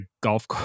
golf